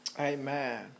Amen